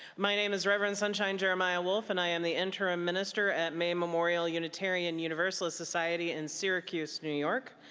my name is reverend sunshine jeremiah wolf and i am the interim minister at may memorial unitarian universalist society in syracuse, new york.